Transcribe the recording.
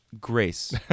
grace